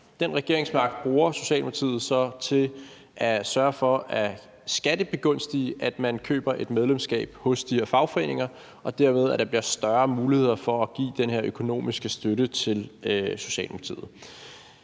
Den regeringsmagt bruger Socialdemokratiet så til at sørge for at skattebegunstige, at man køber et medlemskab hos de her fagforeninger, og at der dermed bliver større mulighed for at give den her økonomiske støtte til Socialdemokratiet.